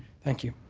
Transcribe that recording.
thank you.